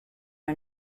are